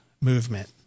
movement